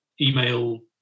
Email